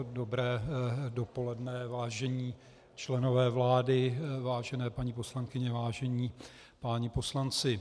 Dobré dopoledne, vážení členové vlády, vážené paní poslankyně, vážení páni poslanci.